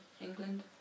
England